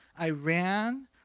Iran